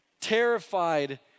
Terrified